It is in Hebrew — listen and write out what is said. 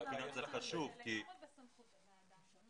הלימוד באולפנים לגמרי בסמכות הוועדה.